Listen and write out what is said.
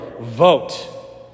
vote